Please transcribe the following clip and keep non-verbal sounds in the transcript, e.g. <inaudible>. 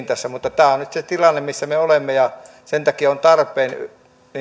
<unintelligible> tässä mutta tämä on nyt se tilanne missä me olemme ja sen takia on tarpeen